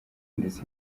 ndetse